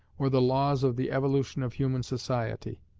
or the laws of the evolution of human society.